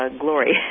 glory